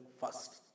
first